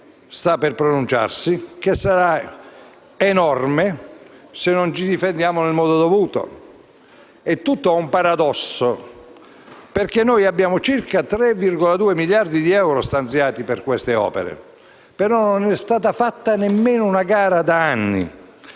sta per pronunciarsi, che sarà enorme se non ci difendiamo nel modo dovuto. È tutto un paradosso, perché abbiamo circa 3,2 miliardi di euro stanziati per queste opere, ma non è stata fatta da anni nemmeno una gara e tutto